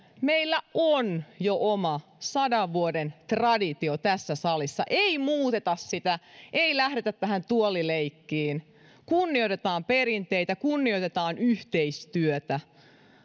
meillä on jo oma sadan vuoden traditio tässä salissa ei muuteta sitä ei lähdetä tähän tuolileikkiin kunnioitetaan perinteitä kunnioitetaan yhteistyötä